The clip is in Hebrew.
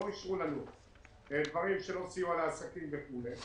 ולא אישרו לנו דברים שהם לא סיוע לעסקים וכו',